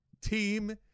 team